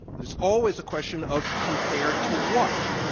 there's always a question of compared to what?